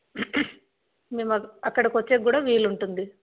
మేము అక్కడిగొచ్చేకి కూడా వీలుంటుంది